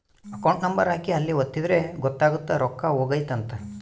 account number ಹಾಕಿ ಅಲ್ಲಿ ಒತ್ತಿದ್ರೆ ಗೊತ್ತಾಗುತ್ತ ರೊಕ್ಕ ಹೊಗೈತ ಅಂತ